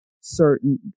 certain